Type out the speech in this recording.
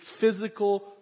physical